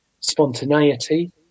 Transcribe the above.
spontaneity